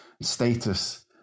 status